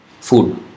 food